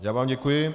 Já vám děkuji.